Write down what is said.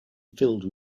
filled